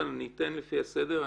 אני ניתן לפי הסדר,